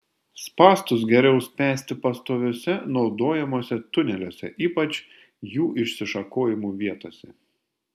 spąstus geriau spęsti pastoviuose naudojamuose tuneliuose ypač jų išsišakojimų vietose